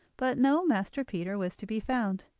but no master peter was to be found.